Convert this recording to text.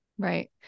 Right